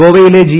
ഗോവയിലെ ജി